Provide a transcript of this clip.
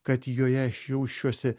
kad joje aš jausčiuosi